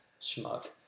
schmuck